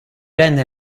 rende